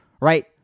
right